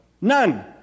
None